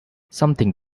something